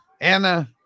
anna